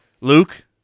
Luke